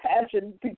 passion